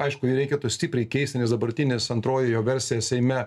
aišku jį reikėtų stipriai keisti nes dabartinis antroji jo versija seime